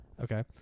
Okay